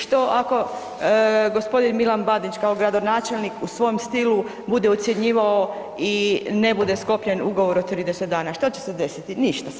Što ako gospodin Milan Bandić kao gradonačelnik u svom stilu bude ucjenjivao i ne bude sklopljen ugovor u 30 dana, što će se desiti, ništa se